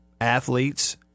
athletes